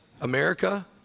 America